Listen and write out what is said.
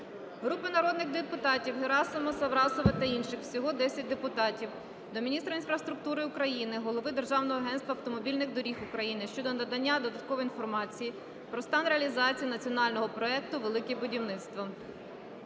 Групи народних депутатів (Герасимова, Саврасова та інших. Всього 10 депутатів) до міністра інфраструктури України, голови Державного агентства автомобільних доріг України щодо надання додаткової інформації про стан реалізації "Національного проекту "Велике будівництво".